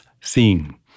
seeing